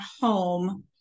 home